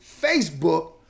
Facebook